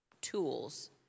tools